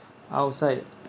outside